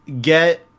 get